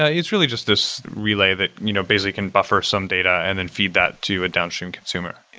ah it's really just this relay that you know basically can buffer some data and then feed that to a downstream consumer.